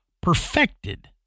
perfected